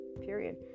Period